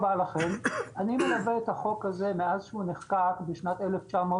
אני מלווה את החוק הזה מאז שנחקק ב-1983.